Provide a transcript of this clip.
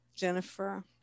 Jennifer